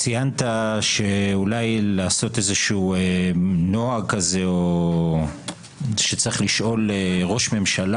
ציינת אולי לעשות נוהג שצריך לשאול ראש ממשלה